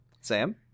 Sam